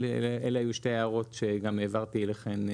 אלה היו שתי ההערות שגם העברתי אליכם.